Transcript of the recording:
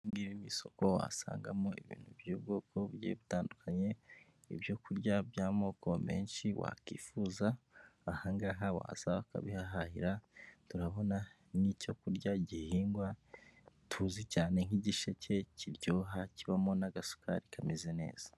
Ni isoko wasangamo ibintu by'ubwoko bugiye butandukanye, ibyo kurya by'amoko menshi wakifuza, aha ngaha wahasanga ukabihahahira, turabona n'icyo kurya gihingwa ,tuzi cyane nk'igisheke kiryoha kibamo n'agasukari kameze neza.